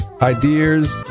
ideas